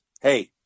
Hey